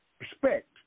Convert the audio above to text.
Respect